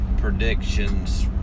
predictions